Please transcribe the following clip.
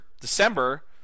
December